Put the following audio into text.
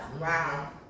Wow